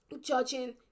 judging